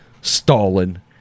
Stalin